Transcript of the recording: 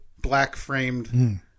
black-framed